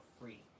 free